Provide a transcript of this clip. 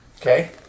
Okay